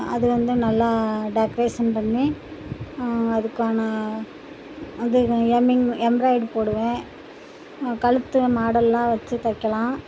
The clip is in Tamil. அது வந்து நல்லா டெக்ரேஸன் பண்ணி அதுக்கான அது எம்மிங் எம்ப்ராய்டு போடுவேன் கழுத்து மாடலெல்லாம் வச்சு தைக்கலாம்